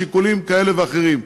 משיקולים כאלה ואחרים.